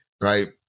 right